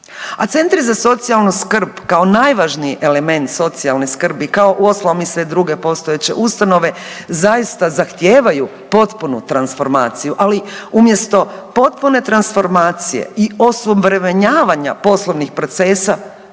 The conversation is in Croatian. A centri za socijalnu skrb kao najvažniji element socijalne skrbi kao u ostalom i sve druge postojeće ustanove zaista zahtijevaju potpunu transformaciju, ali umjesto potpune transformacije i osuvremenjivanja poslovnih procesa